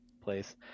place